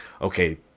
okay